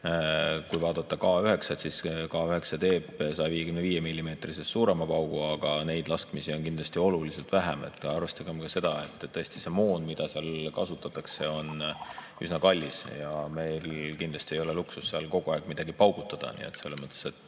kui vaadata K9‑t, siis K9 teeb 155‑millimeetrisest suurema paugu, aga neid laskmisi on kindlasti oluliselt vähem. Arvestagem ka seda, et see moon, mida seal kasutatakse, on üsna kallis ja meil kindlasti ei ole luksust seal kogu aeg midagi paugutada.